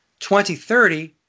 2030